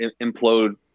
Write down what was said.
implode